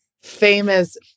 famous